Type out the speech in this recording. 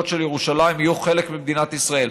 של ירושלים יהיו חלק ממדינת ישראל,